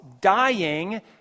dying